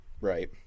Right